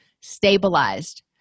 stabilized